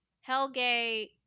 Helge